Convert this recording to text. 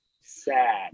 sad